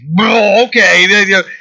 okay